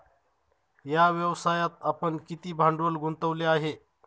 या व्यवसायात आपण किती भांडवल गुंतवले आहे?